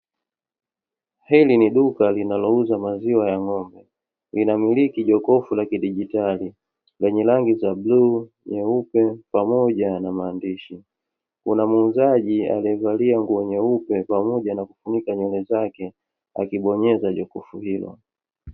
Hili ni duka linalouza maziwa ya ng'ombe. Linamiliki jokofu la kidigitali lenye rangi za bluu, nyeupe pamoja na maandishi. Kuna muuzaji aliyevalia nguo nyeupe pamoja na kufunika nywele zake, akibonyeza jokofu hilo.